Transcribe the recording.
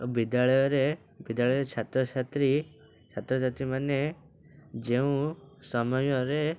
ବିଦ୍ୟାଳୟରେ ବିଦ୍ୟାଳୟରେ ଛାତ୍ରଛାତ୍ରୀ ଛାତ୍ରଛାତ୍ରୀମାନେ ଯେଉଁ ସମୟରେ